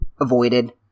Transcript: avoided